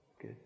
good